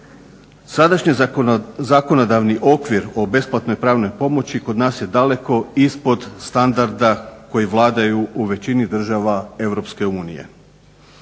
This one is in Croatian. Sadašnji zakonodavni okvir o besplatnoj pravnoj pomoći kod nas je daleko ispod standarda koji vladaju u većini država EU.